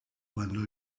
quando